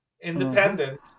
independent